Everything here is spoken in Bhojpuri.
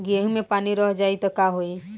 गेंहू मे पानी रह जाई त का होई?